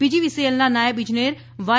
પીજીવીસીએલના નાયબ ઈજનેર વાય